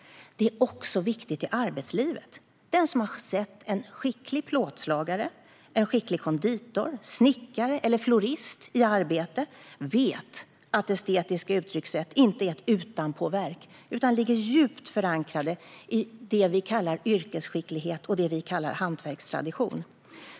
Det är också viktigt i arbetslivet. Den som har sett en skicklig plåtslagare, konditor, snickare eller florist i arbete vet att estetiska uttryckssätt inte är ett utanpåverk utan ligger djupt förankrade i det vi kallar yrkesskicklighet och hantverkstradition.